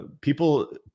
people